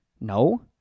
No